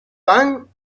pan